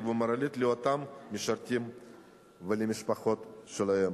ומוראלית לאותם משרתים ולמשפחות שלהם.